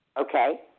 Okay